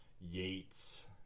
Yates